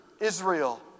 Israel